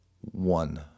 One